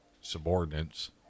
subordinates